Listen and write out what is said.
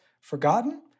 forgotten